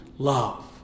Love